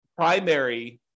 Primary